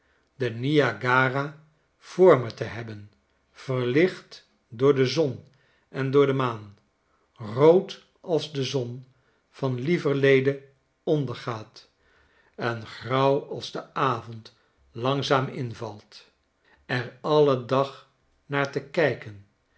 r a voor me te hebben verlicht door de zon en door de maan rood als de zon van lieverlede ondergaat engrauw als de avond langzaam invalt er alle dag naar te kijken